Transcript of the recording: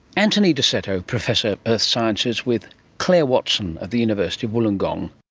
anthony dosseto, professor of earth sciences, with clare watson at the university of wollongong